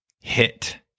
hit